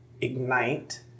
ignite